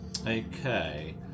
Okay